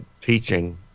teaching